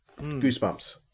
goosebumps